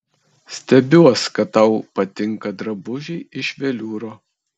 stebiuos kad tau patinka drabužiai iš veliūro